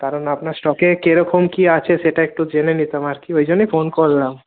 কারণ আপনার স্টকে কিরকম কি আছে সেটা একটু জেনে নিতাম আর কি ওই জন্যই ফোন করলাম